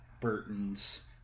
Burton's